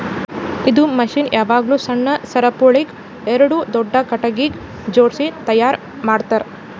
ಇದು ಮಷೀನ್ ಯಾವಾಗ್ಲೂ ಸಣ್ಣ ಸರಪುಳಿಗ್ ಎರಡು ದೊಡ್ಡ ಖಟಗಿಗ್ ಜೋಡ್ಸಿ ತೈಯಾರ್ ಮಾಡ್ತರ್